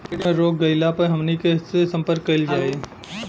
धान में रोग लग गईला पर हमनी के से संपर्क कईल जाई?